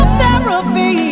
therapy